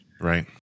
right